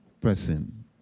person